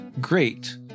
great